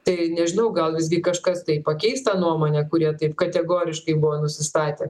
tai nežinau gal visgi kažkas tai pakeis tą nuomonę kurie taip kategoriškai buvo nusistatę